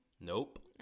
Nope